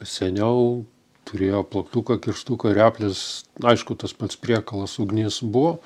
seniau turėjo plaktuką kištuką reples aišku tas pats priekalas ugnis buvo